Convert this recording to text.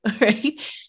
right